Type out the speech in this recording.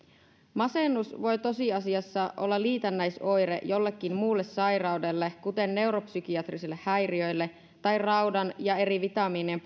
masennus voi tosiasiassa olla liitännäisoire jollekin muulle sairaudelle kuten neuropsykiatrisille häiriöille tai raudan ja eri vitamiinien